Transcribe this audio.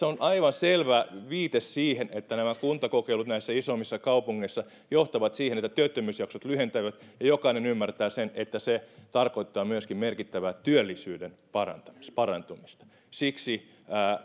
on aivan selvä viite siihen että nämä kuntakokeilut isoimmissa kaupungeissa johtavat siihen että työttömyysjaksot lyhentyvät ja jokainen ymmärtää että se tarkoittaa myöskin merkittävää työllisyyden parantumista siksi